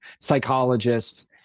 psychologists